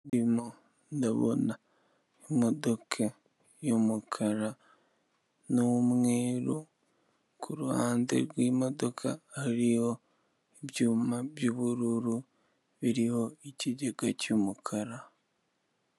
Mo ndabona imodoka yumukara numweru, kuruhande rwimodoka hariho ibyuma byubururu biriho ikigega cyumukara.